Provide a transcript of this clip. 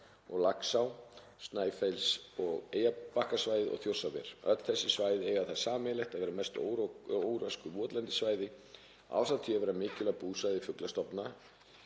og Laxá, Snæfells- og Eyjabakkasvæðið og Þjórsárver. Öll þessi svæði eiga það sameiginlegt að vera að mestu óröskuð votlendissvæði ásamt því að vera mikilvæg búsvæði fuglastofna